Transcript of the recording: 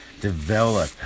develop